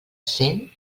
cent